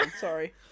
sorry